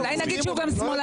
אולי נגיד שהוא גם שמאלני,